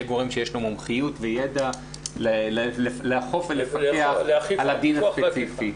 גורם שיש לו מומחיות וידע לאכוף ולפקח על הדין הספציפי.